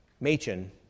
Machen